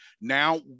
Now